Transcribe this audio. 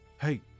Hey